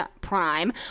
Prime